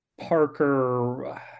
Parker